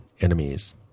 enemies